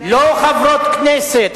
לא חברות כנסת.